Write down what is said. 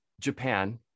Japan